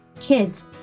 kids